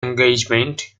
engagement